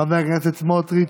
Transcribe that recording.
חברי הכנסת בצלאל סמוטריץ',